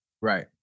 Right